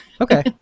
okay